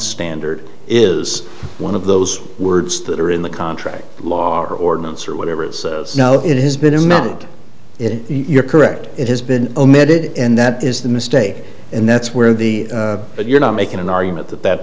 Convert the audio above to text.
standard is one of those words that are in the contract law or ordinance or whatever it is now it has been amended it you're correct it has been omitted and that is the mistake and that's where the but you're not making an argument that that